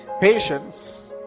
Patience